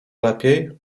lepiej